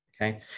Okay